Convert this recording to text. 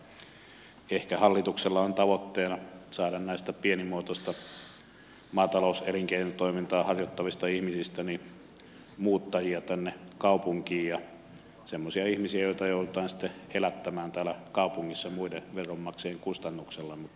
mutta ehkä hallituksella on tavoitteena saada näistä pienimuotoista maatalouselinkeinotoimintaa harjoittavista ihmisistä muuttajia tänne kaupunkiin ja semmoisia ihmisiä joita joudutaan sitten elättämään täällä kaupungissa muiden veronmaksajien kustannuksella